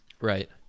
Right